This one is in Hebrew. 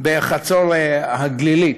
בחצור הגלילית.